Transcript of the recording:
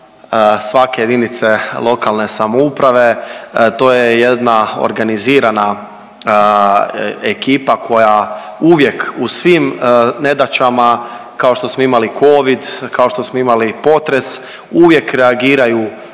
svake jedinice lokalne samouprave, to je jedna organizirana ekipa koja uvijek u svim nedaćama kao što smo imali covid, kao što smo imali potres uvijek reagiraju